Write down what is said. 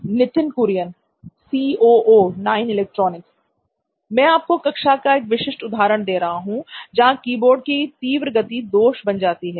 नित्थिन Kurian C O O नॉइन electronics मैं आपको कक्षा का एक विशिष्ट उदाहरण दे सकता हूं जहां कीबोर्ड की तीव्र गति दोष बन सकती है